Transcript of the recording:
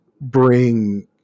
bring